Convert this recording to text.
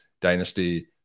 Dynasty